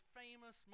famous